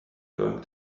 going